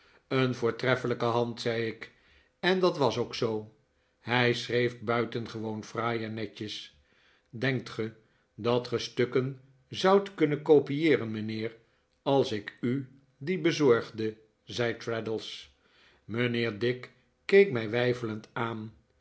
een voortreffelijke hand zei ik en dat was ook zoo hij schreef buitengewoori fraai en netjes denkt ge dat ge stukken zoudt kunnen kopieeren mijnheer als ik u die bezorgde zei traddles mijnheer dick keek mij weifelend aan